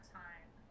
time